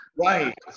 Right